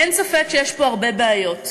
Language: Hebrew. אין ספק שיש פה הרבה בעיות,